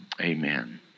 Amen